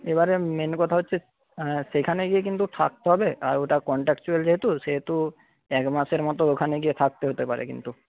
এবারে মেইন কথা হচ্ছে হ্যাঁ সেখানে গিয়ে কিন্তু থাকতে হবে আর ওটা কন্ট্রাকচুয়াল যেহেতু সেহেতু এক মাসের মত ওখানে গিয়ে থাকতে হতে পারে কিন্তু